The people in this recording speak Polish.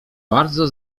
bardzo